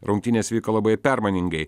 rungtynės vyko labai permainingai